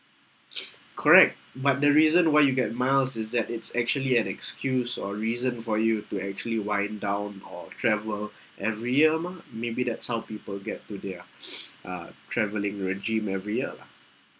correct but the reason why you get miles is that it's actually an excuse or reason for you to actually wind down or travel every year mah maybe that's how people get to their uh travelling regime every year lah